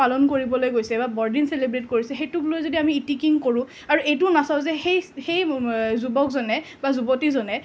পালন কৰিবলৈ গৈছে বা বৰদিন চেলিব্ৰেত কৰিছে সেইটোক লৈ যদি আমি ইতিকিং কৰোঁ আৰু এইটোও নাচাওঁ যে সেই সেই যুৱকজনে বা যুৱতীজনে